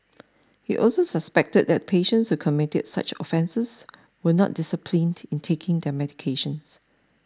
he also suspected that patients who committed such offences were not disciplined in taking their medications